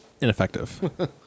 ineffective